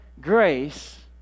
grace